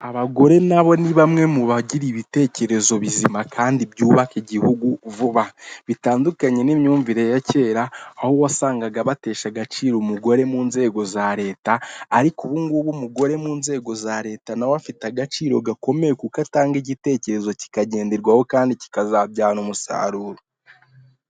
Abagore nabo ni bamwe mu bagira ibitekerezo bizima kandi byubaka igihugu vuba, bitandukanye n'imyumvire ya kera, aho wasangaga batesha agaciro umugore mu nzego za leta, ariko ubu ngubu umugore mu nzego za leta nawe afite agaciro gakomeye kuko atanga igitekerezo kikagenderwaho kandi kikazabyaza umusaruro.